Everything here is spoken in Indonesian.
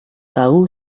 tahu